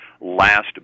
last